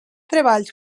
treballs